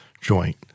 joint